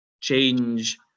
change